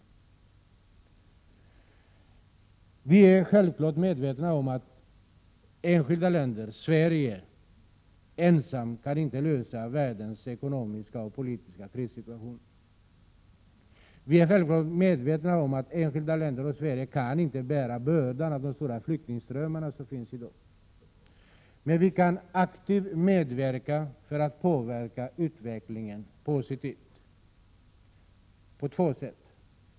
Vi är självklart medvetna om att enskilda länder, t.ex. Sverige, inte ensamt kan lösa världens ekonomiska och politiska krissituationer eller bära bördan av de stora flyktingströmmar som finns i dag. Men vi kan aktivt medverka för att påverka utvecklingen positivt på två sätt.